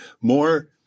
more